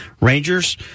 Rangers